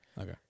Okay